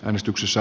äänestyksissä